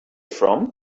from